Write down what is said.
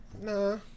Nah